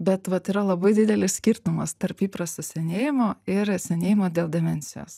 bet vat yra labai didelis skirtumas tarp įprasto senėjimo ir senėjimo dėl demencijos